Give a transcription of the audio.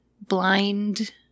blind